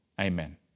Amen